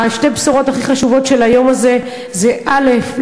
שתי הבשורות הכי חשובות של היום הזה הן: א.